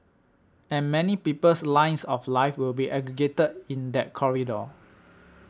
and many people's lines of life will be aggregated in that corridor